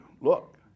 Look